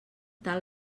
tal